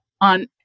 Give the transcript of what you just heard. on